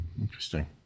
Interesting